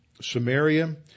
Samaria